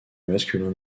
masculin